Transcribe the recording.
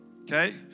okay